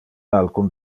alcun